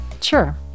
Sure